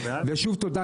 ושוב תודה,